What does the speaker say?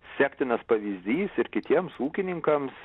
sektinas pavyzdys ir kitiems ūkininkams